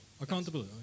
accountable